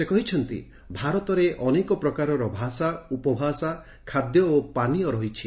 ସେ କହିଛନ୍ତି ଭାରତରେ ଅନେକ ପ୍ରକାରର ଭାଷା ଉପଭାଷା ଖାଦ୍ୟ ଓ ପାନୀୟ ରହିଛି